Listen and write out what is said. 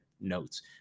notes